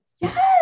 Yes